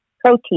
protein